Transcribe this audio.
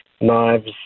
knives